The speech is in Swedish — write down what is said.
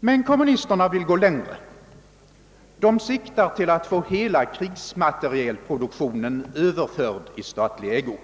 Men kommunisterna vill gå längre. De siktar till att få hela krigsmaterielproduktionen överförd i statlig ägo.